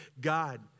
God